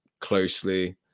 closely